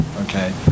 okay